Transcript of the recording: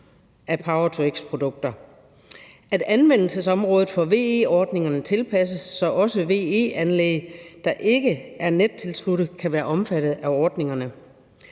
af power-to-x-produkter – og at anvendelsesområdet for VE-ordningerne tilpasses, så også VE-anlæg, der ikke er nettilsluttet, kan være omfattet af ordningerne.